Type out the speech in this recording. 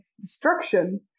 destruction